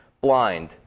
blind